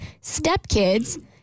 stepkids